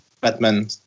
Batman